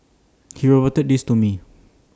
he reported this to me